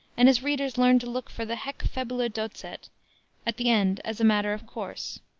and his readers learned to look for the haec fabula docet at the end as a matter of course.